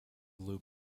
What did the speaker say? loop